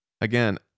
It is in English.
again